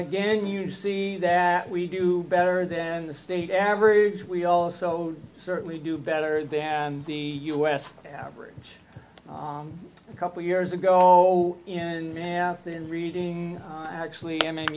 again you see that we do better than the state average we also certainly do better than the u s average a couple years ago in math and reading actually i mean